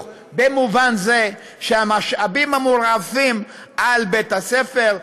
במובן זה שהמשאבים המורעפים של בית-הספר,